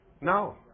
No